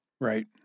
Right